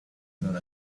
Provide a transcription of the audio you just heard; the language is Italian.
non